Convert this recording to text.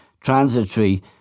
transitory